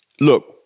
look